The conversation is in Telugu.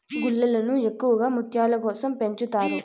గుల్లలను ఎక్కువగా ముత్యాల కోసం పెంచుతారు